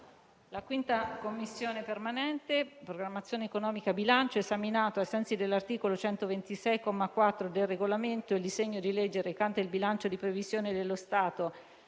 «La 5ª Commissione permanente, programmazione economica, bilancio, esaminato, ai sensi dell'articolo 126, comma 4, del Regolamento, il disegno di legge recante il bilancio di previsione dello Stato